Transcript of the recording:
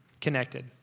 connected